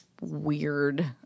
Weird